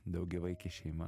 daugiavaikė šeima